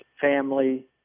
family